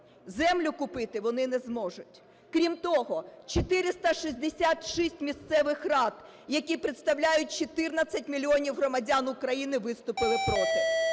землю купити вони не зможуть. Крім того, 466 місцевих рад, які представляють 14 мільйонів громадян України, виступили проти.